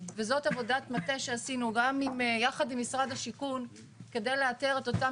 וזאת עבודת מטה שעשינו יחד עם משרד השיכון כדי לאתר את אותם